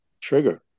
Trigger